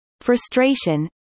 frustration